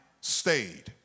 stayed